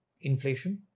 inflation